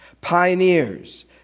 pioneers